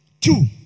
Two